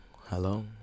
hello